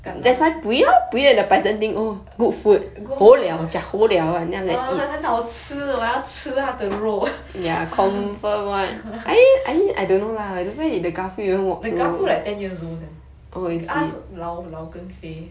kena good food orh 很好吃我要吃他的肉 the garfield like ten years old sia 老跟肥